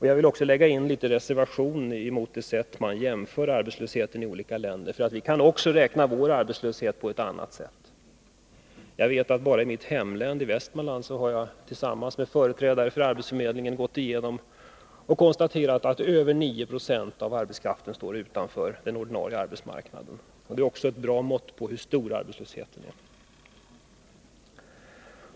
Jag vill också lägga in en reservation mot det sätt på vilket man jämför arbetslösheten i olika länder. Vi kan ju också räkna vår arbetslöshet på ett annat sätt. I mitt hemlän Västmanland har jag tillsammans med företrädare för arbetsförmedlingen gått igenom läget och konstaterat att över 9 2 av arbetskraften står utanför den ordinarie arbetsmarknaden. Det är också ett bra mått på hur stor arbetslösheten är.